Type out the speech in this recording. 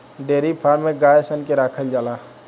dairy farm में गाय सन के राखल जाला